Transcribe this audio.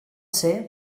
ser